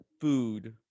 food